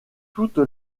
toute